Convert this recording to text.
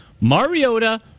Mariota